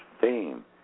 fame